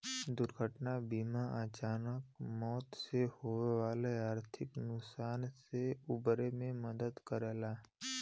दुर्घटना बीमा अचानक मौत से होये वाले आर्थिक नुकसान से उबरे में मदद करला